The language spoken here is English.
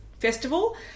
festival